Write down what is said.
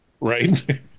right